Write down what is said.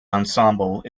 ensemble